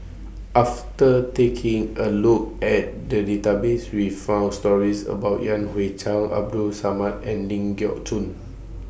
after taking A Look At The Database We found stories about Yan Hui Chang Abdul Samad and Ling Geok Choon